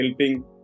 helping